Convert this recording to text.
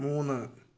മൂന്ന്